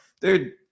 dude